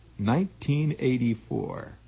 1984